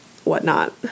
whatnot